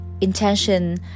intention